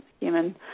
human